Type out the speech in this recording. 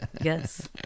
Yes